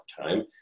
time